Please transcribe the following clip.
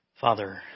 Father